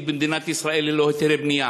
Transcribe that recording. במדינת ישראל שהם ללא היתרי בנייה.